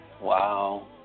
Wow